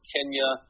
Kenya